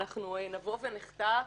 אנחנו נבוא ונחטא ונחריף,